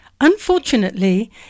Unfortunately